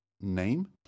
name